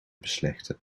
beslechten